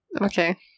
Okay